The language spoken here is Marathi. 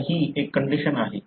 तर हि एक कंडिशन आहे